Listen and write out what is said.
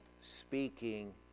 speaking